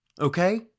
Okay